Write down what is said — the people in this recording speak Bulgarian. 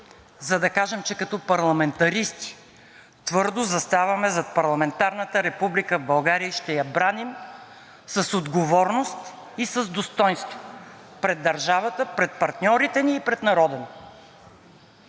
за да кажем, че като парламентаристи твърдо заставаме зад парламентарната република в България и ще я браним с отговорност и с достойнство пред държавата, пред партньорите ни и пред народа ни.